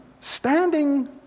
standing